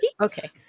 Okay